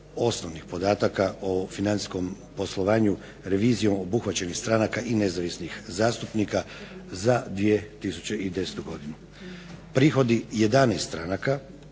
osnovnih podataka o financijskom poslovanju revizijom obuhvaćenih stranaka i nezavisnih zastupnika za 2010. godinu. Prihodi 11 stranaka